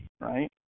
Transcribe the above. right